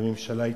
והממשלה התנגדה.